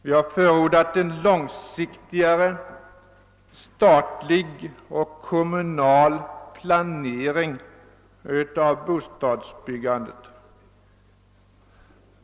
Vi har förordat en mera långsiktig statlig och kommunal planering av bostadsbyggandet.